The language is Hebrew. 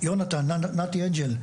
יונתן אנג׳ל,